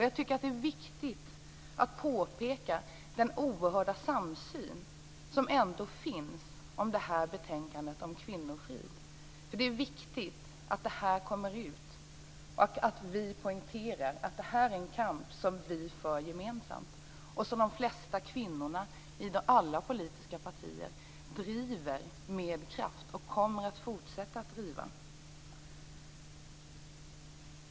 Jag tycker att det är viktigt att påpeka den oerhörda samsyn som ändå finns i fråga om det här betänkandet om kvinnofrid. Det är viktigt att det här kommer ut och att vi poängterar att det här är en kamp som vi för gemensamt, en kamp som de flesta kvinnor i alla politiska partier driver med kraft och kommer att fortsätta driva.